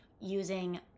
using